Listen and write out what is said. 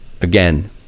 Again